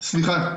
סליחה,